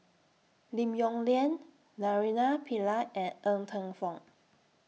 Lim Yong Liang Naraina Pillai and Ng Teng Fong